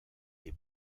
des